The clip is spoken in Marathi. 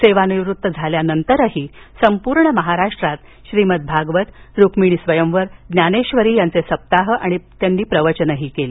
सेवानिवृत्त झाल्यावर संपूर्ण महाराष्ट्रात श्रीमदभागवत रुक्मिणी स्वयंवर ज्ञानेश्वरी यांचे सप्ताह प्रवचने केली